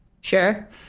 Sure